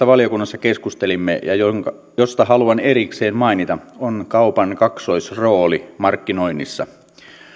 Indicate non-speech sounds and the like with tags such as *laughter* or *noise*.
*unintelligible* valiokunnassa keskustelimme ja josta haluan erikseen mainita on kaupan kaksoisrooli markkinoinnissa